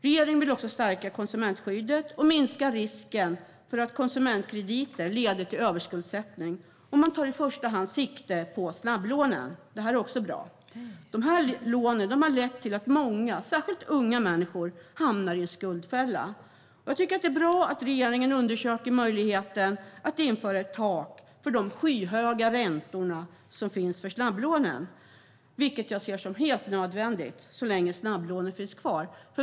Regeringen vill stärka konsumentskyddet och minska risken för att konsumentkrediter leder till överskuldsättning, och man tar i första hand sikte på snabblånen. Det är också bra. Dessa lån har lett till att många, särskilt unga människor, hamnat i en skuldfälla. Jag tycker att det är bra att regeringen undersöker möjligheten att införa ett tak för de skyhöga räntor som finns för snabblånen, vilket jag ser som helt nödvändigt så länge snabblånen finns kvar.